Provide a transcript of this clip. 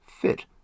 fit